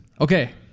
Okay